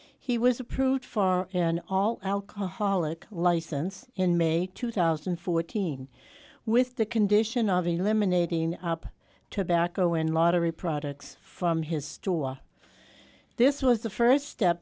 he was approved for an all alcoholic license in may two thousand and fourteen with the condition of eliminating up tobacco in lottery products from his store this was the first step